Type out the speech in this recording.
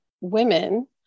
women